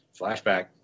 flashback